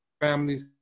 families